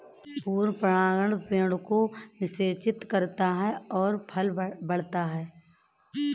पूर्ण परागण पेड़ को निषेचित करता है और फल बढ़ता है